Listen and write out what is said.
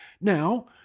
Now